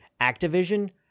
Activision